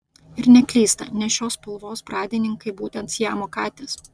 ir neklysta nes šios spalvos pradininkai būtent siamo katės